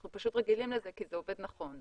אנחנו פשוט רגילים לזה כי זה עובד נכון.